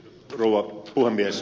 rouva puhemies